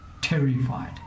terrified